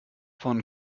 von